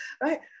Right